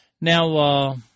Now